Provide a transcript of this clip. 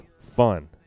fun